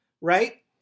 right